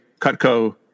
Cutco